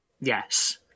Yes